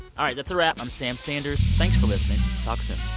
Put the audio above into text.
all right, that's a wrap. i'm sam sanders. thanks for listening. talk soon